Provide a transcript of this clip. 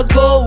go